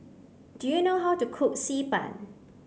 do you know how to cook Xi Ban